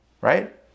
Right